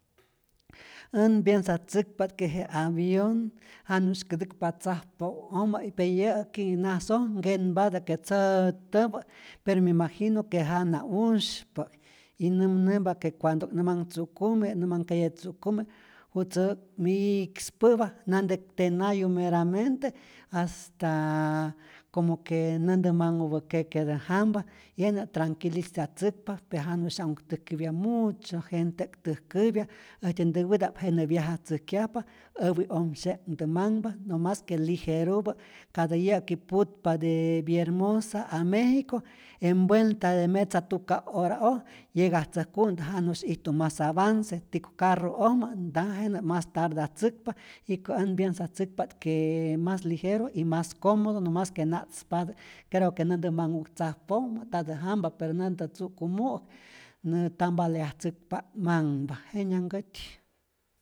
Än piensatzäkpa't que je avion janusy kätäkpa tzajpo'ompä, pe yä'ki nasoj nkenpatä que tzäätäpä, pero me imagino que jana'usypä', y nämnämpa que cuando'k nä manh tzu'kumi, nä manh keye tzu'kumi jutzä'k mikspäpä, nante'k tenayu meramente hasta como que näntä manhupä keketä jampa, y jenä tranquilizatzäkpa, pe janusya'uk täjkäpya mucho gente'k täjkäpya, äjtyä ntäwäta'p jenä viajatzäjkyajpa äwi'omsye'nhtä manhpa, nomas que ligerutä, katä yä'ki putpa de vihermosa a méxico en vuelta de metza, tuka hora'oj yegatzäjku'ntä, janu'sy ijtu mas avance, tiko carru'ojmä nta, jenä mas tardatzäkpa, jiko äj mpiensatzäkpa't qu mas ligeru y mas comodo, nomas que na'tzpatä, creo que näntä manhu'k tzajpojmä ntatä jampa, pero nantä tzu'kumu'äk nä tambaleatzäkpa'k manhpa, jenyankätyi.